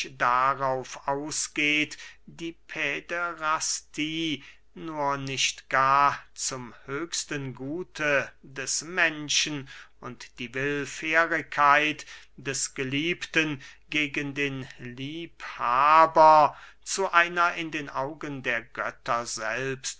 darauf ausgeht die päderastie nur nicht gar zum höchsten gute des menschen und die willfährigkeit des geliebten gegen den liebhaber zu einer in den augen der götter selbst